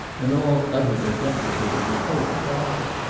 and all uttered a deprecating oh father!